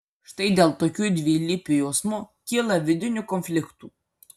štai dėl tokių dvilypių jausmų kyla vidinių konfliktų